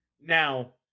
Now